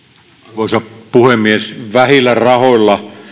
arvoisa puhemies vähillä rahoilla